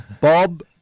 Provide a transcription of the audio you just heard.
Bob